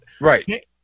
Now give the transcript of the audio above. right